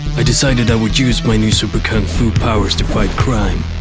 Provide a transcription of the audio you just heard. i decided i would use my new super kung fu powers to fight crime.